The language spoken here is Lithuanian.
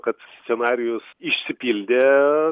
kad scenarijus išsipildė